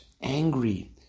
angry